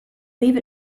leave